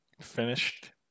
finished